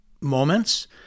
moments